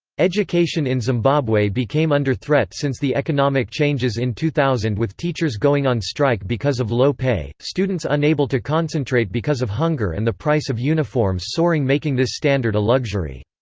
education in zimbabwe became under threat since the economic changes in two thousand with teachers going on strike because of low pay, students unable to concentrate because of hunger and the price of uniforms soaring making this standard a luxury.